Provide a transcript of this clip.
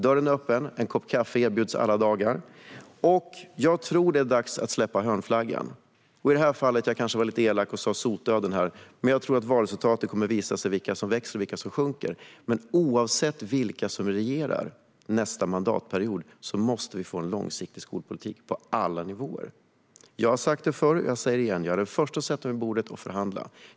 Dörren är öppen. En kopp kaffe erbjuds alla dagar. Det är dags att släppa hörnflaggan. I det här fallet var jag kanske lite elak när jag sa "sotdöden", men jag tror att valresultatet kommer att visa vilka partier som växer och vilka som sjunker i storlek. Men oavsett vilka som regerar nästa mandatperiod måste det bli en långsiktig skolpolitik på alla nivåer. Jag har sagt det förr, och jag säger det igen: Jag är den första som sätter mig vid bordet för att förhandla.